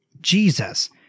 Jesus